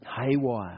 haywire